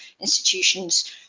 institutions